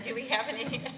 and we have any?